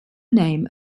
name